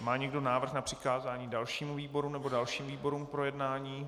Má někdo návrh na přikázání dalšímu výboru nebo dalším výborům k projednání?